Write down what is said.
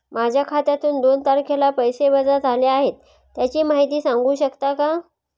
माझ्या खात्यातून दोन तारखेला पैसे वजा झाले आहेत त्याची माहिती सांगू शकता का?